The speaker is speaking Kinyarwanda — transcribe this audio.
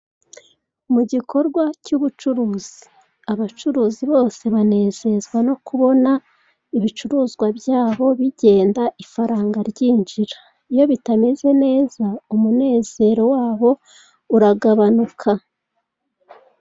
Mu gikorwa cy'ubucuruzi abacuruzi bose banezezwa no kubona ibicuruzwa byabo bigenda ifaranga ryinjira. Iyo bitameze neza umunezero wabo uragabanuka.